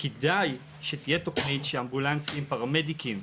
כדאי שתהיה תוכנית שאמבולנסים, פרמדיקים,